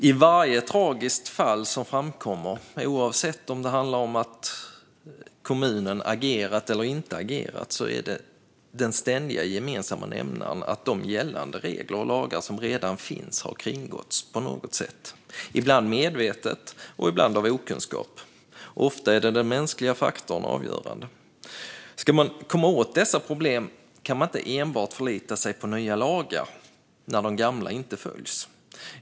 I varje tragiskt fall som framkommer, oavsett om det handlar om att kommunen har agerat eller inte, är den ständiga gemensamma nämnaren att gällande lagar och regler på något sätt har kringgåtts. Ibland har det gjorts medvetet, och ibland har det gjorts av okunskap. Ofta är den mänskliga faktorn avgörande. Om man ska komma åt dessa problem kan man inte enbart förlita sig på nya lagar när de gamla inte följs.